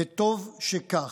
וטוב שכך.